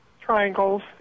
triangles